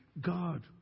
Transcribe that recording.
God